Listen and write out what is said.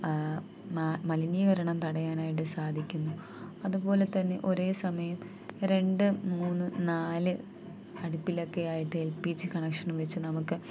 മ മലിനീകരണം തടയാനായിട്ട് സാധിക്കുന്നു അതുപോലെ തന്നെ ഒരേ സമയം രണ്ടു മൂന്നു നാല് അടിപ്പിലൊക്കെ ആയിട്ട് എൽ പി ജി കണക്ഷൻ വെച്ചു നമുക്ക്